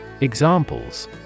Examples